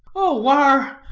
oh, whar,